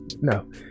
No